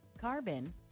carbon